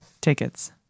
Tickets